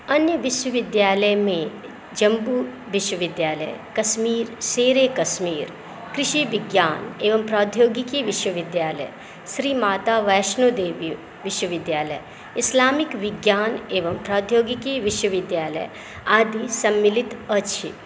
अन्य विश्वविद्यालयमे जम्मू विश्वविद्यालय कश्मीर शेर ए कश्मीर कृषि विज्ञान एवं प्रौद्योगिकी विश्वविद्यालय श्री माता वैष्णो देवी विश्वविद्यालय इस्लामिक विज्ञान एवं प्रौद्योगिकी विश्वविद्यालय आदि सम्मलित अछि